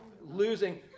losing